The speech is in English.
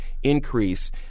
Increase